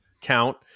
count